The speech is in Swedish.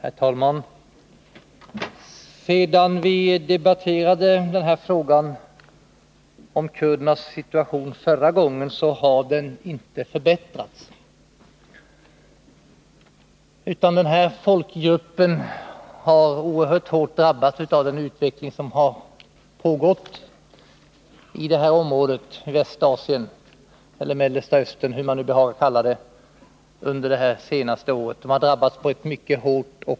Herr talman! Sedan vi förra gången debatterade kurdernas situation har den inte förbättrats. Denna folkgrupp har under det senaste året på ett mycket hårt och brutalt sätt drabbats av den utveckling som pågått i detta område i Västra Asien, Mellersta Östern, eller vad man behagar kalla det.